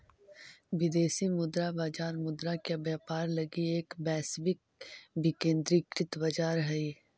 विदेशी मुद्रा बाजार मुद्रा के व्यापार लगी एक वैश्विक विकेंद्रीकृत बाजार हइ